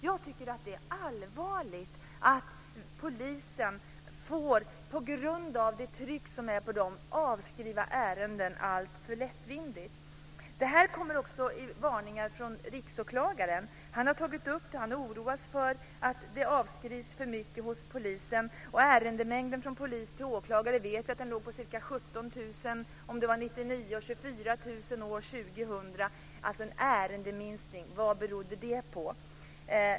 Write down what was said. Jag tycker att det är allvarligt att polisen på grund av det tryck man har på sig får avskriva ärenden alltför lättvindigt. Om detta kommer det också varningar från riksåklagaren, som har tagit upp att han oroar sig för att det avskrivs för mycket hos polisen. Vi vet att ärendemängden från polis till åklagare minskade med ca 17 000 år 1999 och med 24 000 år 2000. Vad berodde det på?